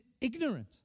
Ignorant